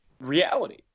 reality